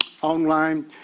online